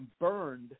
burned